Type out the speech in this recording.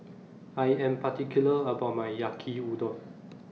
I Am particular about My Yaki Udon